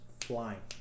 flying